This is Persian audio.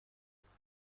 بیرون